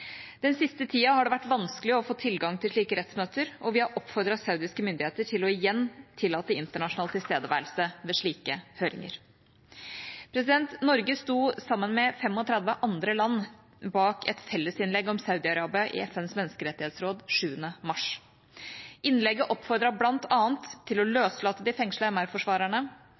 Den siste tida har det vært vanskelig å få tilgang til slike rettsmøter, og vi har oppfordret saudiske myndigheter til igjen å tillate internasjonal tilstedeværelse ved slike høringer. Norge sto sammen med 35 andre land bak et fellesinnlegg om Saudi-Arabia i FNs menneskerettighetsråd 7. mars. Innlegget oppfordret bl.a. til å løslate de